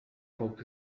bok